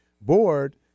Board